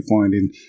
finding